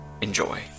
Enjoy